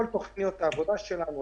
של כל תכניות העבודה שלנו,